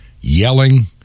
yelling